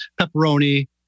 pepperoni